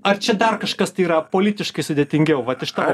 ar čia dar kažkas tai yra politiškai sudėtingiau vat iš tavo